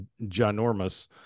ginormous